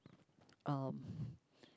um